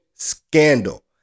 scandal